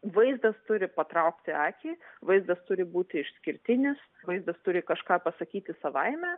vaizdas turi patraukti akį vaizdas turi būti išskirtinis vaizdas turi kažką pasakyti savaime